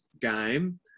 game